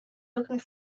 looking